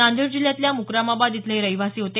नांदेड जिल्ह्यातल्या मुक्रामाबाद इथले हे रहीवाशी होते